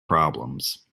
problems